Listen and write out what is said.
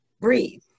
breathe